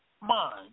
mind